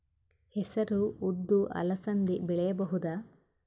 ಹೆಸರು ಉದ್ದು ಅಲಸಂದೆ ಬೆಳೆಯಬಹುದಾ?